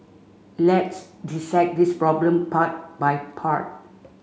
let's dissect this problem part by part